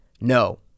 No